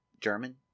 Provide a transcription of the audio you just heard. german